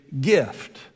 gift